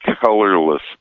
colorless